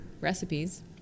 recipes